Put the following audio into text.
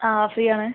ആ ഫ്രീ ആണ്